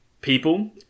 people